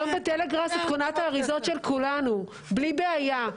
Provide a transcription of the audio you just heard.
היום בטלגרס את קונה את האריזות של כולנו בלי בעיה,